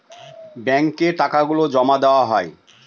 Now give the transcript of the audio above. ব্যাঙ্কে টাকা গুলো জমা দেওয়া হয়